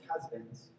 Husbands